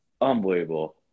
unbelievable